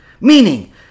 meaning